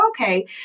Okay